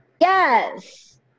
Yes